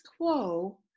quo